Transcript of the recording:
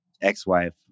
ex-wife